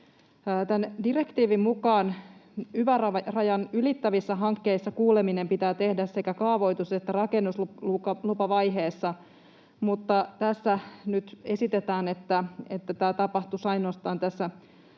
Tämän direktiivin mukaan yva-rajan ylittävissä hankkeissa kuuleminen pitää tehdä sekä kaavoitus- että rakennuslupavaiheessa, mutta tässä nyt esitetään, että tämä tapahtuisi ainoastaan tässä